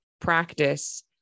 practice